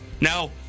Now